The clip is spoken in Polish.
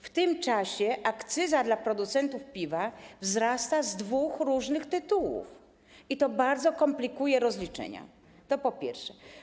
W tym czasie akcyza dla producentów piwa wzrasta z dwóch różnych tytułów i to bardzo komplikuje rozliczenia - to po pierwsze.